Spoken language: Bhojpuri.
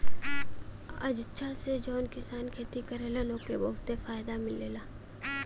अचछा से जौन किसान खेती करलन ओके बहुते फायदा मिलला